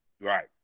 right